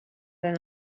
than